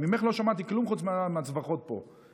ממך לא שמעתי כלום חוץ מהצווחות פה,